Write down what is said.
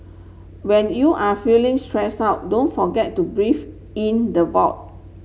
when you are feeling stressed out don't forget to breathe in the